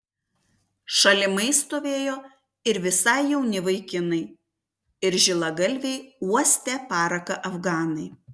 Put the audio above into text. šalimais stovėjo ir visai jauni vaikinai ir žilagalviai uostę paraką afganai